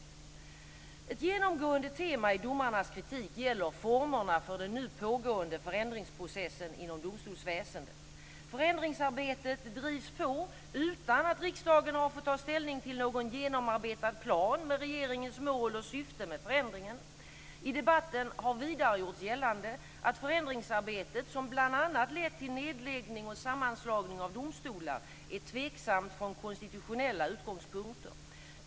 Ett genomgående tema i domarnas kritik gäller formerna för den nu pågående förändringsprocessen inom domstolsväsendet. Förändringsarbetet drivs på utan att riksdagen har fått ta ställning till någon genomarbetad plan med regeringens mål och syfte med förändringen. I debatten har vidare gjorts gällande att förändringsarbetet, som bl.a. lett till nedläggning och sammanslagning av domstolar, är tveksamt från konstitutionella utgångspunkter.